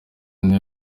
nayo